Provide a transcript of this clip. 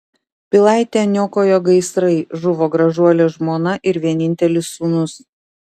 pilaitę niokojo gaisrai žuvo gražuolė žmona ir vienintelis sūnus